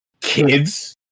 kids